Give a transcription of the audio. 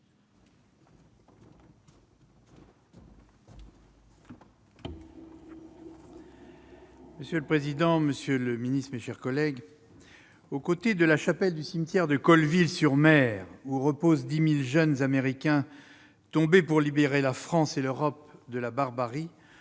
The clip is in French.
Monsieur le président, monsieur le ministre, mes chers collègues, au côté de la chapelle du cimetière de Colleville-sur-mer, où reposent 10 000 jeunes Américains tombés pour libérer la France et l'Europe de la barbarie,